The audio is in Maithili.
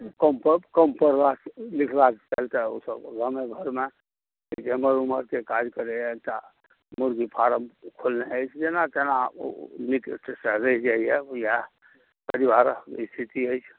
कम पढ़ कम पढ़वा लीखवाके चलते ओ सब गामे घरमे एमहर ओमहरके काज करैया एकटा मुर्गी फारम खोलने अछि जेना तेना नीकसँ रहि जाइया इएह परिवारक स्थीति अछि